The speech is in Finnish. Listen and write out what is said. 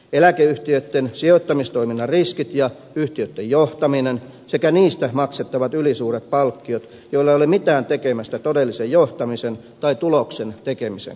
eläkeyhtiöitten sijoittamistoiminnan riskit ja yhtiöitten johtaminen sekä niistä maksettavat ylisuuret palkkiot joilla ei ole mitään tekemistä todellisen johtamisen tai tuloksen tekemisen kanssa